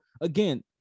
again